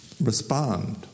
respond